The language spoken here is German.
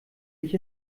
ich